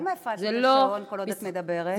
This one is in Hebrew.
למה הפעלת את השעון כל עוד את מדברת?